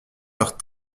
leurs